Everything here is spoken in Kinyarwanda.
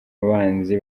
abanzi